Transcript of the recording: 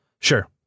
Sure